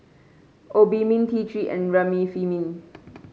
Obimin T Three and Remifemin